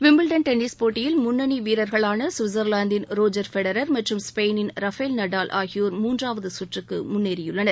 Wimbledon tennis போட்டியில் முன்னணி வீரர்களான சுவிட்சர்வாந்தின் ரோஜர் ஃபெடரர் மற்றும் ஸ்பெயினின் ரஃபேல் நடால் ஆகியோர் மூன்றாவது சுற்றுக்கு முன்னேறியுள்ளனர்